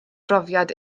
brofiad